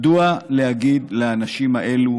מדוע להגיד לאנשים האלו